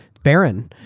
barren.